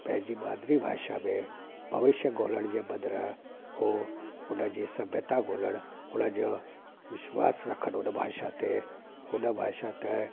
पइजी मादिरी भाषा में भविष्य ॻोल्हण जे बदिरां हो उन जी सभ्यता ॻोल्हणु उन जो विश्वासु रखनि उन भाषा ते उन भाषा त